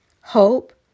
hope